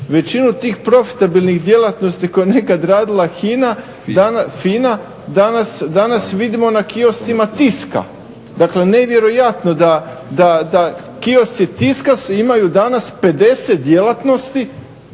većinu tih profitabilnih djelatnosti koje nekad radila FINA danas vidimo na kioscima Tiska. Dakle nevjerojatno da kiosci Tiska imaju danas 50 djelatnosti